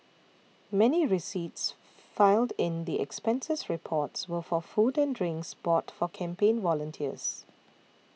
many receipts filed in the expenses reports were for food and drinks bought for campaign volunteers